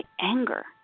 anger